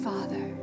Father